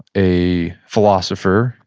a philosopher,